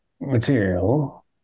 material